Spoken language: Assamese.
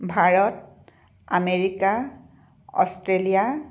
Bharat America Australia